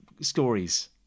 stories